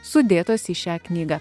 sudėtos į šią knygą